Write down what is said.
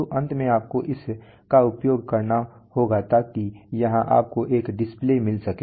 तो अंत में आपको इसका उपयोग करना होगा ताकि यहां आपको एक डिस्प्ले मिल सके